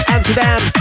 Amsterdam